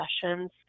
sessions